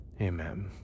Amen